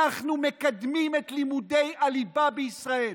אנחנו מקדמים את לימודי הליבה בישראל.